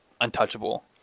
untouchable